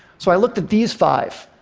so i looked at these five.